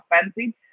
fancy